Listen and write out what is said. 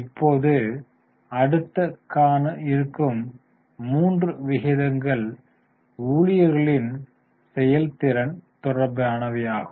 இப்போது அடுத்த காண இருக்கும் மூன்று விகிதங்கள் ஊழியர்களின் செயல்திறன் தொடர்பானவை ஆகும்